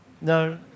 No